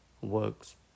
works